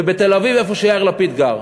גר, ובתל-אביב, איפה שיאיר לפיד גר.